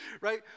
Right